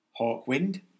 Hawkwind